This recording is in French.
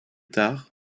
tard